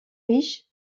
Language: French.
riches